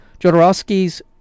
Jodorowsky's